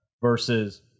versus